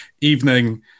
evening